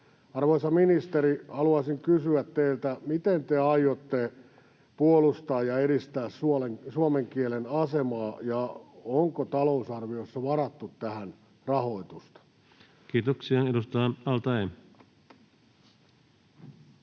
Arvoisa ministeri, haluaisin kysyä teiltä: miten te aiotte puolustaa ja edistää suomen kielen asemaa, ja onko talousarviossa varattu tähän rahoitusta? Kiitoksia. — Edustaja al-Taee.